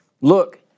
look